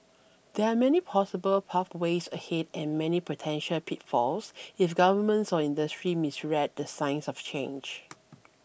there are many possible pathways ahead and many potential pitfalls if governments or industry misread the signs of change